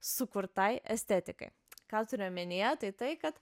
sukurtai estetikai ką turiu omenyje tai tai kad